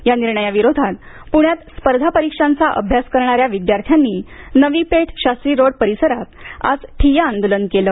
या निर्णयाविरोधात प्ण्यात स्पर्धा परीक्षांचा अभ्यास करणाऱ्या विद्यार्थ्यांनी नवी पेठ शास्त्री रोड परिसरात आज ठिय्या आंदोलन केलं